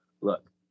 look